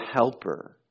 helper